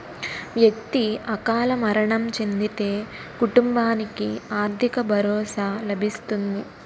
వ్యక్తి అకాల మరణం చెందితే కుటుంబానికి ఆర్థిక భరోసా లభిస్తుంది